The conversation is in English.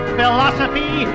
philosophy